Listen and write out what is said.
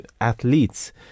athletes